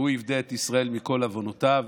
והוא יפדה את ישראל מכל עונותיו".